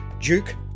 Duke